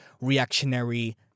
reactionary